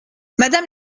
madame